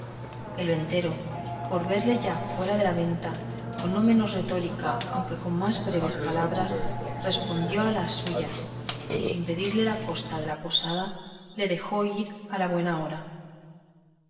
referirlas el ventero por verle ya fuera de la venta con no menos retóricas aunque con más breves palabras respondió a las suyas y sin pedirle la costa de la posada le dejó ir a la buen hora